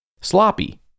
sloppy